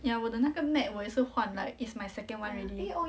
ya 我的那个 mat 我也是换 like it's my second one already